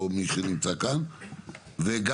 מי שנמצא כאן וכמובן,